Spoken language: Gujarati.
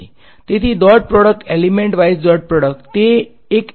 તેથી dot product element wise dot product તે એક ઇન્ટિગ્રલને જનરલાઈઝ બનાવે છે